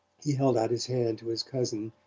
he held out his hand to his cousin,